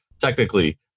Technically